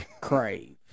crave